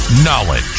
Knowledge